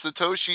Satoshi